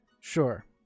sure